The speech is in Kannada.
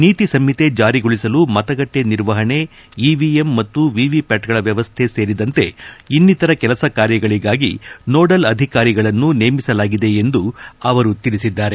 ನೀತಿ ಸಂಹಿತೆ ಜಾರಿಗೊಳಿಸಲು ಮತಗಟ್ಟೆ ನಿರ್ವಹಣೆ ಇವಿಎಂ ಮತ್ತು ವಿವಿಪ್ಟಾಟ್ಗಳ ವ್ಯವಸ್ಥೆ ಸೇರಿದಂತೆ ಇನ್ನಿತರ ಕೆಲಸ ಕಾರ್ಯಗಳಿಗಾಗಿ ನೋಡಲ್ ಅಧಿಕಾರಿಗಳನ್ನು ನೇಮಿಸಲಾಗಿದೆ ಎಂದು ಅವರು ತಿಳಿಸಿದ್ದಾರೆ